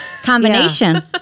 combination